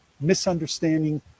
misunderstanding